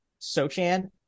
Sochan